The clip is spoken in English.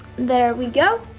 there we go.